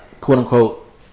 quote-unquote